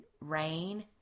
rain